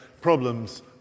problems